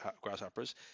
grasshoppers